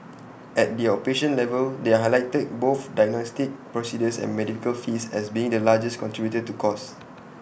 at the outpatient level they highlighted both diagnostic procedures and medical fees as being the largest contributor to costs